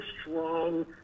strong